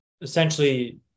essentially